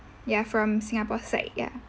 ya from singapore side ya